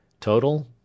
Total